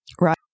Right